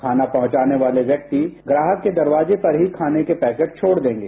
खाना पहुंचाने वाले व्यक्ति ग्राहक के दरवाजे पर खाने के पैकेट छोड़ देंगे